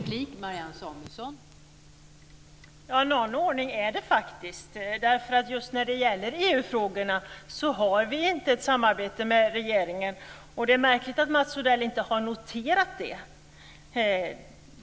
Fru talman! Någon ordning är det faktiskt. I EU frågorna har vi inte ett samarbete med regeringen. Det är märkligt att Mats Odell inte har noterat det.